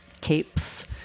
capes